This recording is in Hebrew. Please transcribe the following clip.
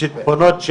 יש